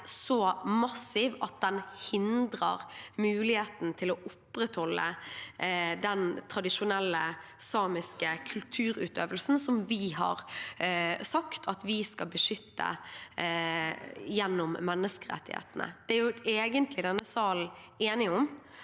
så massiv at den hindrer muligheten til å opprettholde den tradisjonelle samiske kulturutøvelsen som vi har sagt at vi skal beskytte gjennom menneskerettighetene. Det er egentlig denne sal enige om.